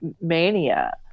mania